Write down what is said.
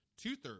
two-thirds